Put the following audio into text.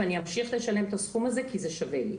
ואני אמשיך לשלם את הסכום הזה כי זה שווה לי.